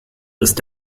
ist